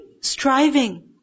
Striving